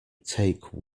take